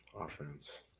Offense